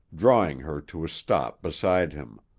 drawing her to a stop beside him.